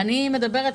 אני מדברת